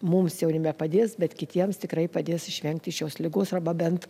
mums jau nepadės bet kitiems tikrai padės išvengti šios ligos arba bent